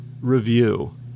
review